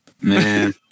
man